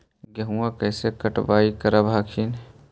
गेहुमा कैसे कटाई करब हखिन?